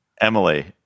Emily